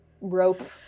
rope